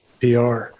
PR